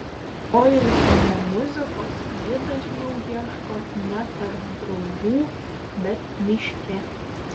poilsio nuo muzikos ji dažniau ieško ne tarp draugų bet miške